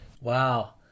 wow